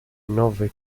nove